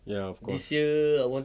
ya of course